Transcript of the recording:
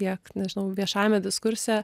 tiek nežinau viešajame diskurse